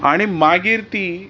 आनी मागीर ती